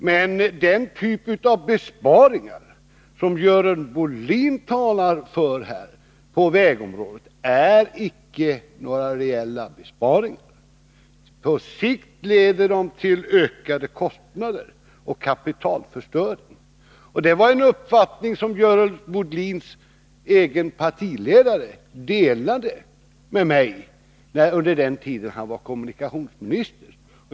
Men den typ av besparingar som Görel Bohlin talar för på vägområdet är icke några reella besparingar. På sikt leder de till ökade kostnader och kapitalförstöring. Det är en uppfattning som Görel Bohlins egen partiledare delade med mig under den tid då han var kommunikationsminister.